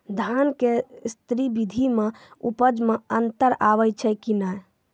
धान के स्री विधि मे उपज मे अन्तर आबै छै कि नैय?